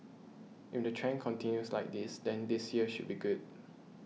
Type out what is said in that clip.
if the trend continues like this then this year should be good